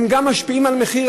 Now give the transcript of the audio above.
הם גם משפיעים על המחיר,